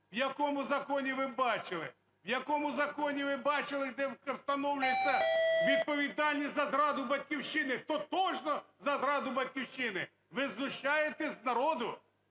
В якому законі ви бачили, де встановлюється відповідальність за зраду Батьківщини, тотожно за зраду Батьківщини? Ви знущаєтесь з народу,